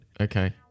Okay